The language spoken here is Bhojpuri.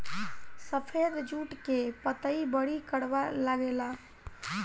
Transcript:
सफेद जुट के पतई बड़ी करवा लागेला